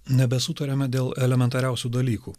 nebesutariama dėl elementariausių dalykų